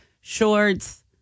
shorts